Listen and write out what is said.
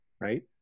right